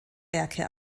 werke